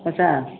पचास